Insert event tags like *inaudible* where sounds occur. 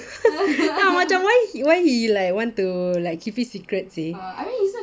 *laughs* ya macam why he why he like want to like keep it secret seh